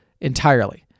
entirely